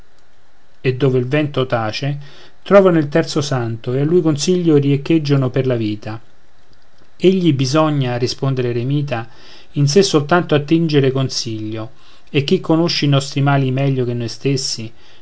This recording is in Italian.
e dove il vento tace trovano il terzo santo e a lui consiglio richieggon per la vita egli bisogna risponde l'eremita in sé soltanto attingere consiglio e chi conosce i nostri mali meglio che noi stessi